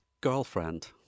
girlfriend